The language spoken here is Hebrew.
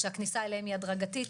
שהכניסה אליהם היא הדרגתית,